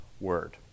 word